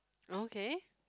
okay